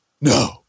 No